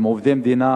שהם עובדי מדינה,